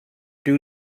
due